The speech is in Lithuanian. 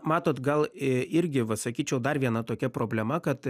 matot gal irgi va sakyčiau dar viena tokia problema kad